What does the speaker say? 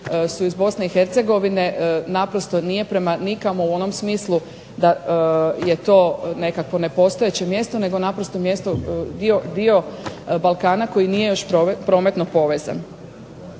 su iz BiH, naprosto nije prema nikamo u onom smislu da je to nekakvo nepostojeće mjesto nego naprosto mjesto, dio Balkana koji nije još prometno povezan.